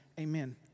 amen